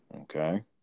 Okay